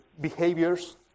behaviors